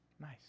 Nice